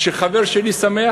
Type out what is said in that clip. כשחבר שלי שמח,